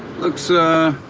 looks ah,